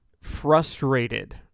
frustrated –